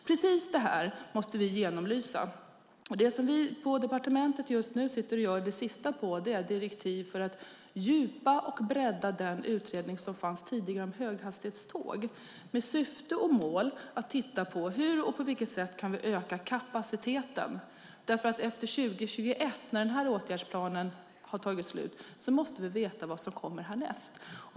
Precis det här måste vi genomlysa. Det som vi på departementet just nu sitter och gör det sista på är ett direktiv för att fördjupa och bredda den utredning som fanns tidigare om höghastighetståg med syfte och mål att titta på hur och på vilket sätt vi kan öka kapaciteten. Efter 2021, när den här åtgärdsplanen tagit slut, måste vi veta vad som kommer därnäst.